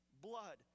blood